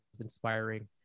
inspiring